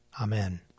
Amen